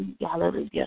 Hallelujah